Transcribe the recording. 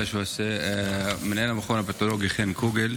שעושה מנהל המכון הפתולוגי חן קוגל.